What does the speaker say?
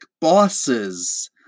bosses